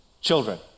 Children